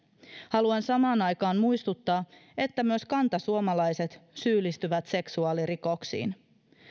haluan samaan aikaan muistuttaa että myös kantasuomalaiset syyllistyvät seksuaalirikoksiin